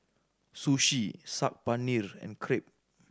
Sushi Saag Paneer and Crepe